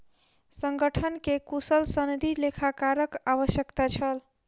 संगठन के कुशल सनदी लेखाकारक आवश्यकता छल